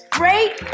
great